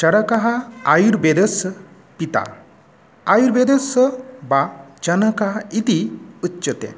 चरकः आयुर्वेदस्य पिता आयुर्वेदस्य वा जनकः इति उच्यते